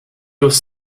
was